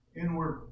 inward